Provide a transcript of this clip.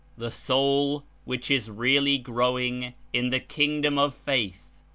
the soul, which is really growing in the kingdom of faith,